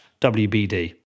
WBD